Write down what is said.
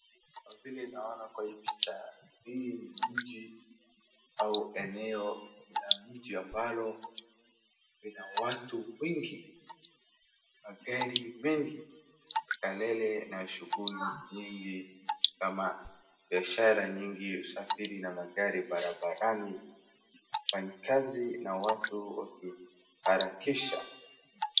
Kwa vile naona kwa hii picha, hii ni mji au eneo la mji ambalo lina watu wengi, magari mengi, kelele na shughuli nyingi kama biashara nyingi, usafiri na magari barabarani, wafanyikazi na watu wakiharakisha.